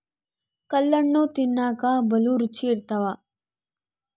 ಕಲ್ಲಣ್ಣು ತಿನ್ನಕ ಬಲೂ ರುಚಿ ಇರ್ತವ